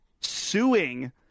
suing